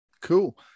cool